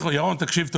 ירון, תקשיב טוב.